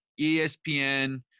ESPN